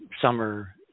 summer